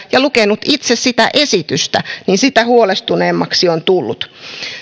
ja lukenut itse sitä esitystä niin sitä huolestuneemmaksi on tullut